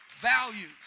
Values